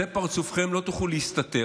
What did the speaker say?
זה פרצופכם, לא תוכלו להסתתר.